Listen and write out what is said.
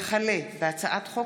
וכלה בהצעת חוק